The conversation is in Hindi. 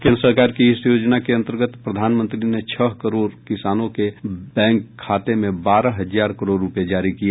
केन्द्र सरकार की इस योजना के अंतर्गत प्रधानमंत्री ने छह करोड़ किसानों के बैंक खाते में बारह हजार करोड रूपये जारी किए